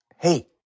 Hey